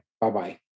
Bye-bye